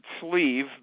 sleeve